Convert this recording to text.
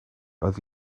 oedd